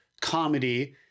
comedy